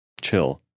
chill